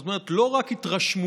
זאת אומרת, לא רק התרשמותה,